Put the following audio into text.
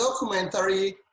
documentary